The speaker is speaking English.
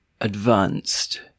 Advanced